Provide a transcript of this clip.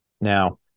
Now